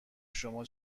شما